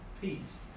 peace